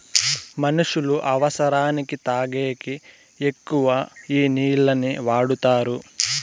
మనుష్యులు అవసరానికి తాగేకి ఎక్కువ ఈ నీళ్లనే వాడుతారు